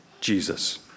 Jesus